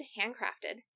handcrafted